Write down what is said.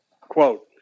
Quote